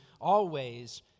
always